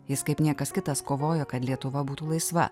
jis kaip niekas kitas kovojo kad lietuva būtų laisva